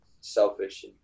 selfish